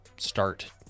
start